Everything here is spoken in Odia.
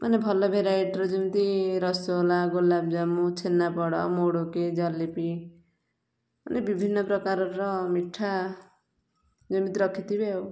ମାନେ ଭଲ ଭେରାଇଟର ଯେମିତି ରସଗୋଲା ଗୁଲାବଜାମୁନ ଛେନାପୋଡ଼ ମୁଡ଼ୁକି ଜଲିପି ମାନେ ବିଭିନ୍ନ ପ୍ରକାରର ମିଠା ଯେମିତି ରଖିଥିବେ ଆଉ